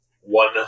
one